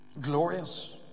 glorious